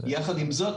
יחד עם זאת,